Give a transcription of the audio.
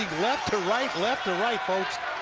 left to right, left to right, folks.